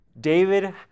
David